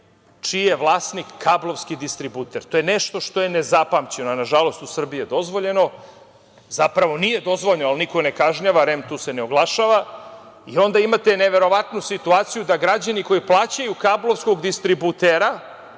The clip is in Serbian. čiji je vlasnik kablovski distributer. To je nešto što je nezapamćeno, a na žalost u Srbiji je dozvoljeno, zapravo nije dozvoljeno, ali niko ne kažnjava, REM se tu ne oglašava. Onda imate neverovatnu situaciju da građani koji plaćaju kablovskog distributera